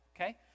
okay